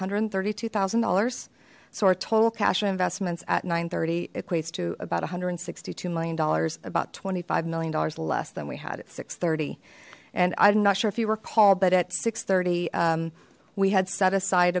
hundred and thirty two thousand dollars so our total cash of investments at nine thirty equates to about a hundred and sixty two million dollars about twenty five million dollars less than we had at six thirty and i'm not sure if you were called that at six thirty we had set aside